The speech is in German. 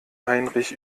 heinrich